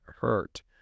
hurt